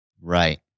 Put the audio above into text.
Right